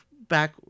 back